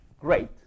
great